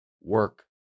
work